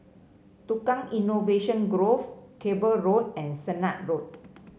Tukang Innovation Grove Cable Road and Sennett Road